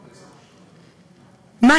נכון.